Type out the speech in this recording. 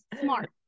Smart